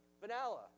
vanilla